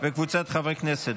חברי הכנסת,